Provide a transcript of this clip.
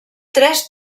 tres